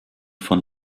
von